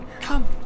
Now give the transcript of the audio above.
Come